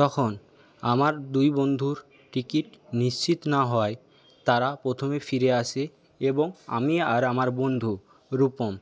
তখন আমার দুই বন্ধুর টিকিট নিশ্চিত না হওয়ায় তারা প্রথমে ফিরে আসে এবং আমি আর আমার বন্ধু রূপম